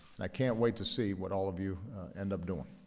and i can't wait to see what all of you end up doing.